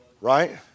right